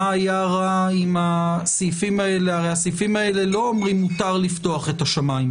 הרי הסעיפים האלה לא אומרים שמותר לפתוח את השמיים,